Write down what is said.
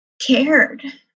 cared